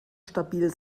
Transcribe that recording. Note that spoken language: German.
stabil